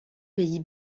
pays